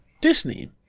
disney